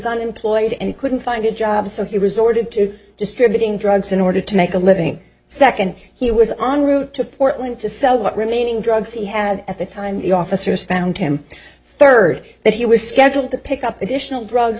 unemployed and couldn't find a job so he resorted to distributing drugs in order to make a living second he was on route to portland to sell the remaining drugs he had at the time the officers found him third that he was scheduled to pick up additional drugs